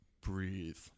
breathe